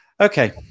Okay